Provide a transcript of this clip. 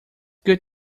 good